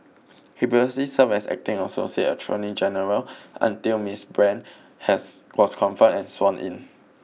he previously served as acting associate attorney general until Miss Brand has was confirmed and sworn in